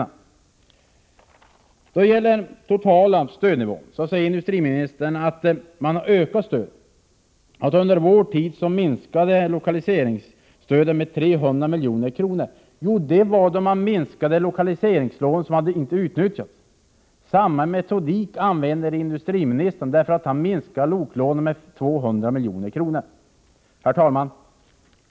Vad gäller den totala stödnivån säger industriministern att man har ökat stödet och att lokaliseringsstödet under den borgerliga regeringstiden minskade med 300 milj.kr. Men det var då fråga om en minskning på grund av icke utnyttjade lokaliseringslån. Samma metodik använder industriministern när han minskar lokaliseringslånen med 200 milj.kr. Herr talman!